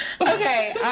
Okay